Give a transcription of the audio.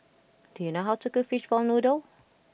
do you know how to cook Fishball Noodle